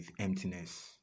emptiness